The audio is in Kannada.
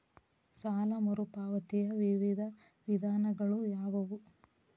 ಸಾಲ ಮರುಪಾವತಿಯ ವಿವಿಧ ವಿಧಾನಗಳು ಯಾವುವು?